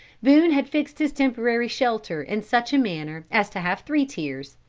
boone had fixed his temporary shelter in such a manner as to have three tiers.